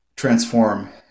transform